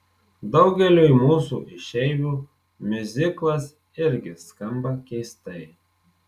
daugeliui mūsų išeivių miuziklas irgi skamba keistai